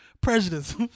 prejudice